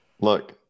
Look